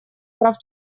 прав